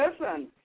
listen